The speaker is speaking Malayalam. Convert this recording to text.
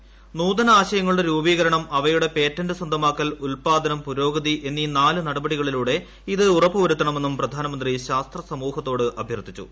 ന്നൂതന ആശയങ്ങളുടെ രൂപീകരണം അവയുടെ പേറ്റന്റ് സ്വന്തമാക്കൽ ഉല്പാദനം പുരോഗതി എന്നീ നാല് നടപടികളിലൂടെ ഇത് ഉറപ്പുവരുത്ത്ണ്മെന്നും പ്രധാനമന്ത്രി ശാസ്ത്ര സമൂഹത്തോട് അഭ്യർത്ഥിച്ചു